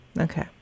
Okay